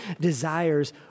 desires